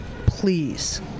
please